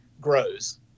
grows